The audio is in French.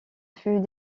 fut